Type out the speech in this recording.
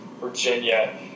Virginia